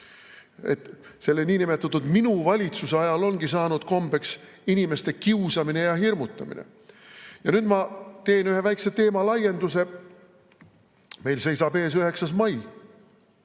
– selle niinimetatud minu valitsuse ajal ongi saanud kombeks inimeste kiusamine ja hirmutamine. Nüüd ma teen ühe väikese teemalaienduse. Meil seisab ees 9. mai.